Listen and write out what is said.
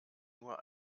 nur